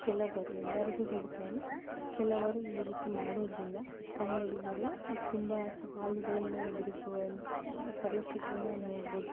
ಕೆಲವರು ಎಲ್ಲರಿಗೂ ಹೇಳ್ತಾಯಿಲ್ಲ ಕೆಲವರು ಈ ರೀತಿ ಮಾಡೋದ್ರಿಂದ ಕನ್ನಡಿಗರು ತುಂಬ ಸವಾಲುಗಳನ್ನು ಎದುರಿಸುವ ಪರಿಸ್ಥಿತಿಯನ್ನು ನೋಡ್ಬೋದು